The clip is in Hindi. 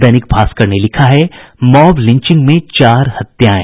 दैनिक भास्कर ने लिखा है मॉब लिंचिंग में चार हत्याएं